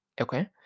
okay